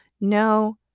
No